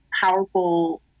powerful